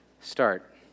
start